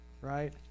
right